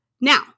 Now